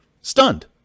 Stunned